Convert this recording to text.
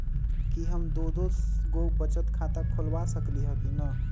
कि हम दो दो गो बचत खाता खोलबा सकली ह की न?